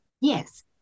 Yes